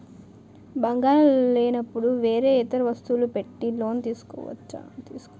బంగారం లేనపుడు వేరే ఇతర వస్తువులు పెట్టి లోన్ తీసుకోవచ్చా?